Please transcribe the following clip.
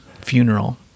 funeral